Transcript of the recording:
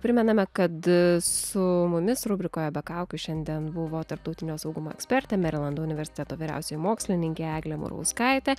primename kad su mumis rubrikoje be kaukių šiandien buvo tarptautinio saugumo ekspertė merilando universiteto vyriausioji mokslininkė eglė murauskaitė